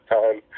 time